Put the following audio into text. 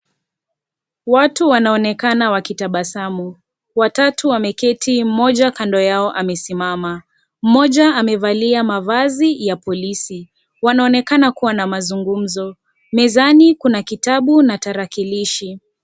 Watu wanaonekana wakitabasamu. Watatu wameketi. Mmoja kando yao amesimama. Mmoja amevalia mavazi ya polisi. Wanaonekana kuwa na mazungumzo. Mezani kuna kitabu na tarakilishi.